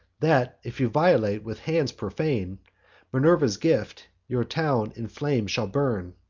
that, if you violate with hands profane minerva's gift, your town in flames shall burn,